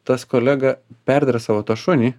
tas kolega perdresavo tą šunį